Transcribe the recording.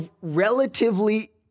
relatively